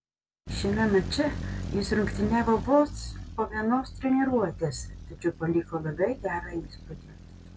šiame mače jis rungtyniavo vos po vienos treniruotės tačiau paliko labai gerą įspūdį